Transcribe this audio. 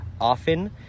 often